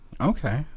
Okay